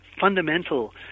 fundamental